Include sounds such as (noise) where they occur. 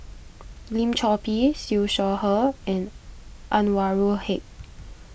(noise) Lim Chor Pee Siew Shaw Her and Anwarul Haque